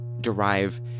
derive